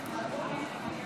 51